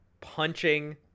punching